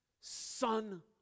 son